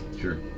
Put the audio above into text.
Sure